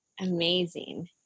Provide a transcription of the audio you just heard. Amazing